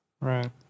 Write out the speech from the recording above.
Right